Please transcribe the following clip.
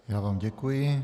Já vám děkuji.